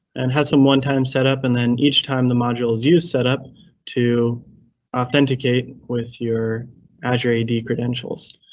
and has some one-time setup, and then each time the module is used setup to authenticate with your azure id credentials.